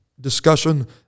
discussion